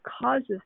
causes